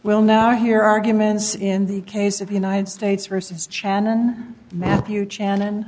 we'll now hear arguments in the case of the united states versus channon matthew channon